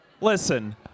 Listen